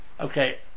Okay